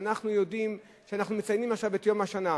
אנחנו מציינים עכשיו את יום השנה,